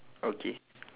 okay